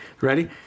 Ready